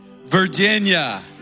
Virginia